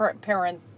parent